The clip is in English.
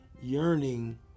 yearning